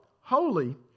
holy